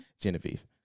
Genevieve